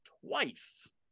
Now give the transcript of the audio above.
twice